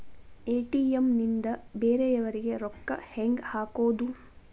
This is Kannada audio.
ಎ.ಟಿ.ಎಂ ನಿಂದ ಬೇರೆಯವರಿಗೆ ರೊಕ್ಕ ಹೆಂಗ್ ಹಾಕೋದು?